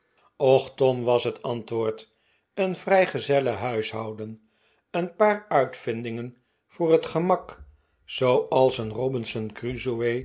och tom was het antwoord een vrijgezellenhuishouden een paar uitvindingen voor het gemak zooals een robinson crusoe